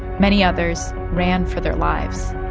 many others ran for their lives